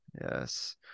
Yes